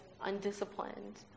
undisciplined